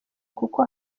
kuko